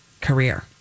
career